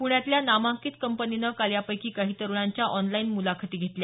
पुण्यातल्या नामांकित कंपनीनं काल यापैकी काही तरुणांच्या ऑनलाईन मुलाखती घेतल्या